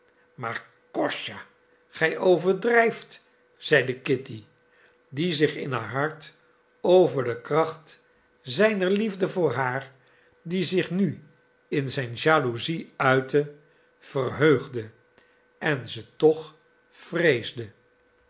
maar kostja gij overdrijft zeide kitty die zich in haar hart over de kracht zijner liefde voor haar die zich nu in zijn jaloezie uitte verheugde en ze toch vreesde